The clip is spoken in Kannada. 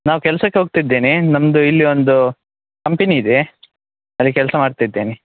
ನಾವು ಕೆಲಸಕ್ಕೆ ಹೋಗ್ತಯಿದ್ದೇನೆ ನಮ್ಮದು ಇಲ್ಲಿ ಒಂದು ಕಂಪೆನಿ ಇದೆ ಅದೆ ಕೆಲಸ ಮಾಡ್ತಯಿದ್ದೇನೆ